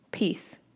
peace